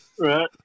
Right